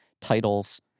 titles